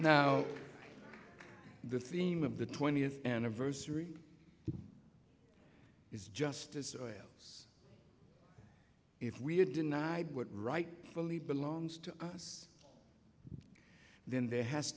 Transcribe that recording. now the theme of the twentieth anniversary is justice or else if we are denied what right really belongs to us then there has